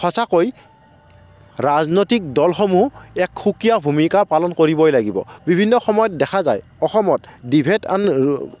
সঁচাকৈ ৰাজনৈতিক দলসমূহ এক সুকীয়া ভূমিকা পালন কৰিবই লাগিব বিভিন্ন সময়ত দেখা যায় ডিভেদ এন